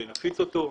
ונפיץ אותו.